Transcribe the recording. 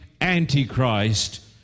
Antichrist